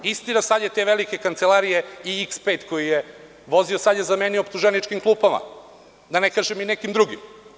Istina, sada je tu veliku kancelariju i „X5“ koji je vozio je zamenio optuženičkim klupama, da ne kažem i nekim drugim.